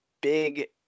big